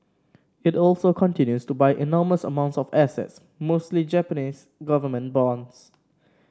it also continues to buy enormous amounts of assets mostly Japanese government bonds